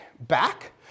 back